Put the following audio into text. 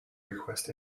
request